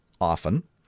often